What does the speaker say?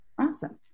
Awesome